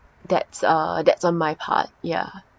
that's uh that's on my part ya